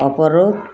ଅବରୋଧ